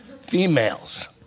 females